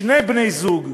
שני בני-הזוג.